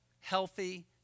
healthy